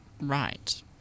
Right